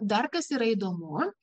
dar kas yra įdomu